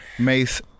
mace